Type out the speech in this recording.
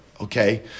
Okay